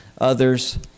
others